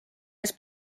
ees